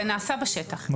זה נעשה בשטח,